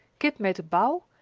kit made a bow,